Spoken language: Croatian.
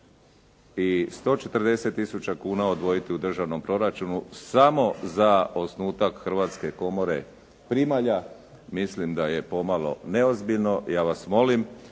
i 140 tisuća kuna odvojiti u državnom proračunu samo za osnutak Hrvatske komore primalja mislim da je pomalo neozbiljno. Ja vas molim